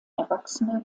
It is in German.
erwachsene